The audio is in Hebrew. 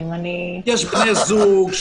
עוד?